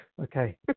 Okay